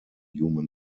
human